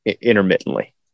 intermittently